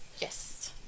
yes